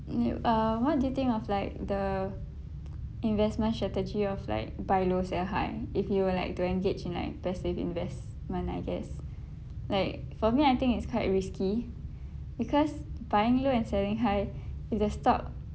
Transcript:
uh what do you think of like the investment strategy of like buy low sell high if you were like to engage in like passive investment I guess like for me I think it's quite risky because buying low and selling high if the stock